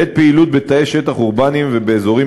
בעת פעילות בתנאי שטח אורבניים ובאזורים